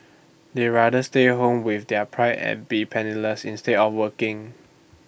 they rather stay at home with their pride and be penniless instead of working